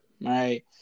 right